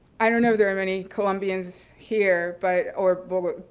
i don't know if there are many colombians here, but or but,